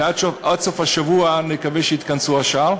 ועד סוף השבוע נקווה שיתכנסו השאר.